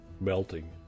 melting